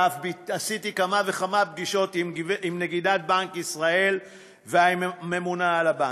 ואף עשיתי כמה וכמה פגישות עם נגידת בנק ישראל והממונה על הבנקים.